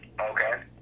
Okay